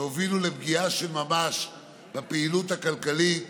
הובילו לפגיעה של ממש בפעילות הכלכלית